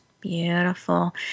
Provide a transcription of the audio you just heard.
Beautiful